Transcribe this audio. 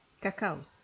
Cacao